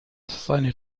seine